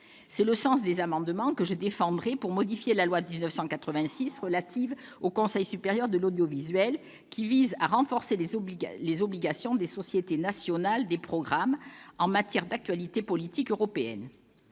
C'est le sens des amendements que je défendrai pour modifier la loi du 30 septembre 1986 relative à la liberté de communication, qui vise à renforcer les obligations des sociétés nationales de programme en matière d'actualité politique européenne.